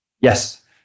Yes